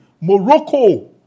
Morocco